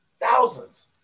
thousands